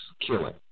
killing